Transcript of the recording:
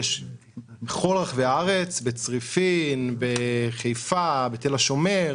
בכל רחבי הארץ בצריפין, בחיפה, בתל השומר.